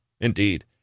Indeed